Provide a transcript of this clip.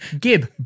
Gib